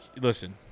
Listen